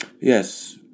Yes